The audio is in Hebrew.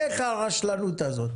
איך הרשלנות הזאת?